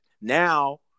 Now